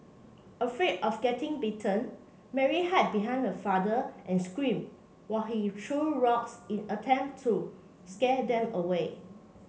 afraid of getting bitten Mary hide behind her father and screamed while he threw rocks in attempt to scare them away